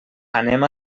anem